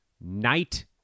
night